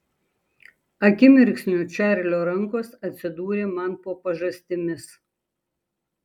akimirksniu čarlio rankos atsidūrė man po pažastimis